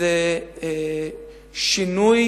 זה שינוי